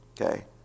Okay